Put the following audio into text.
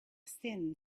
thin